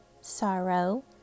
sorrow